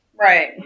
Right